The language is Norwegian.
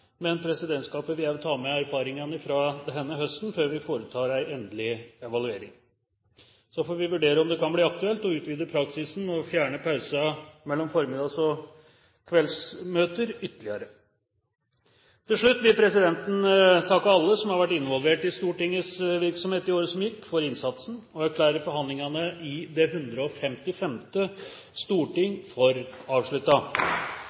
men presidentskapet vil også ta med erfaringene fra denne høsten før vi foretar en endelig evaluering. Så får vi vurdere om det kan bli aktuelt å utvide praksisen med å fjerne pausen mellom formiddagsmøter og kveldsmøter ytterligere. Til slutt vil presidenten takke alle som har vært involvert i Stortingets virksomhet i året som gikk, for innsatsen og erklærer forhandlingene i det 155. storting